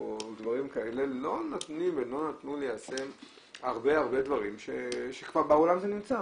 לא נותנים ליישם הרבה דברים שכבר בעולם זה נמצא.